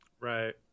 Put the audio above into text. Right